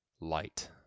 light